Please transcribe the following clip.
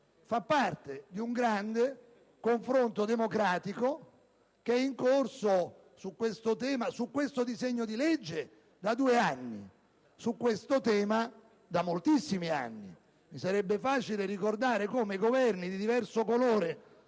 parte di un grande confronto democratico in corso su questo disegno di legge da due anni e su questo tema da moltissimi anni. Mi sarebbe facile ricordare come Governi di diverso colore